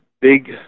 big